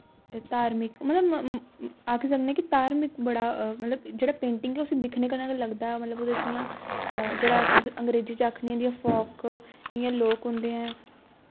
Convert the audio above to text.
धार्मिक मतलब आक्खी सकने कि धार्मिक बड़ा मतलब जेह्ड़ा पेंटिंग ऐ उस्सी दिक्खने कन्नै गै लगदा ऐ मतलब ओह्दे च इ'यां जेह्ड़ा अस अंग्रेजी च आखने आं जि'यां फोक इ'यां लोक होंदे ऐं